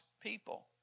people